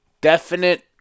definite